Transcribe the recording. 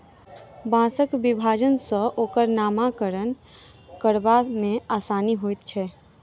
बाँसक विभाजन सॅ ओकर नामकरण करबा मे आसानी होइत छै